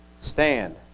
stand